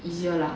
easier lah